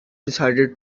decided